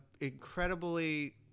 incredibly